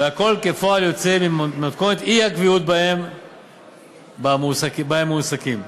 והכול כפועל יוצא ממתכונת האי-קביעות שבה הם מועסקים.